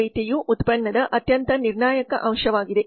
ತರಬೇತಿಯು ಉತ್ಪನ್ನದ ಅತ್ಯಂತ ನಿರ್ಣಾಯಕ ಅಂಶವಾಗಿದೆ